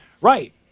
Right